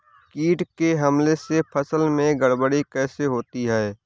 कीट के हमले से फसल में गड़बड़ी कैसे होती है?